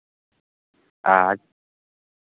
ᱟᱨ